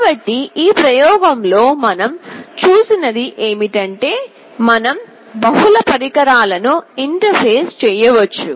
కాబట్టి ఈ ప్రయోగంలో మనం చూసినది ఏమిటంటే మనం బహుళ పరికరాలను ఇంటర్ఫేస్ చేయవచ్చు